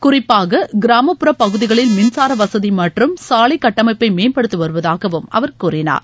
குறிப்பாக கிராமப்புற பகுதிகளில் மின்சார வசதி மற்றுமை் சாலை கட்டமைப்பை மேம்படுத்தி வருவதாகவும் அவர் கூறினார்